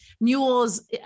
mules